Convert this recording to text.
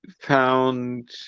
found